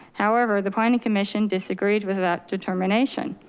however, the planning commission disagreed with that determination.